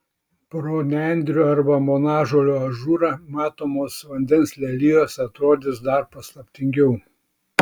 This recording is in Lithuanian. pro nendrių arba monažolių ažūrą matomos vandens lelijos atrodys dar paslaptingiau